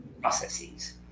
processes